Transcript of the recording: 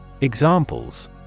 Examples